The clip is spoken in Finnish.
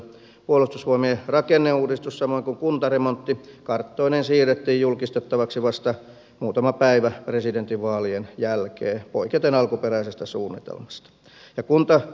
puolustusvoimien rakenneuudistus samoin kuin kuntaremontti karttoineen siirrettiin julkistettavaksi vasta muutama päivä presidentinvaalien jälkeen poiketen alkuperäisestä suunnitelmasta